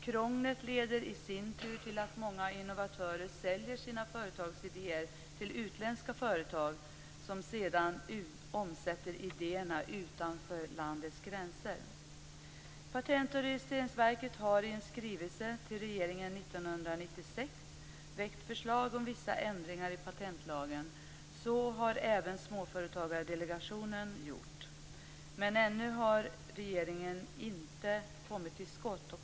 Krånglet leder i sin tur till att många innovatörer säljer sina företagsidéer till utländska företag som sedan omsätter idéerna utanför landets gränser. Patent och registreringsverket har i en skrivelse till regeringen 1996 väckt förslag om vissa ändringar i patentlagen. Så har även Småföretagsdelegationen gjort. Men ännu har regeringen inte kommit till skott.